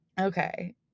Okay